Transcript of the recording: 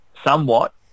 somewhat